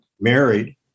married